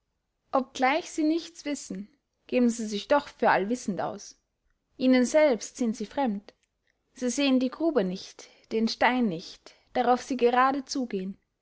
ob sie gleich nichts wissen geben sie sich doch für allwissend aus ihnen selbst sind sie fremd sie sehen die grube nicht den stein nicht darauf sie gerade zugehen